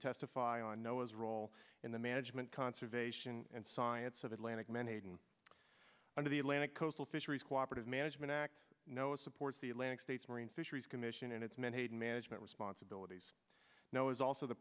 testify on know his role in the management conservation and science of atlantic menhaden under the atlantic coastal fisheries cooperative management act no it supports the atlantic states marine fisheries commission and its menhaden management responsibilities now is also the